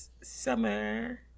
summer